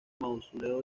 mausoleo